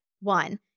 one